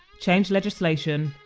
changed legislation,